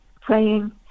praying